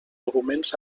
documents